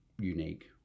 unique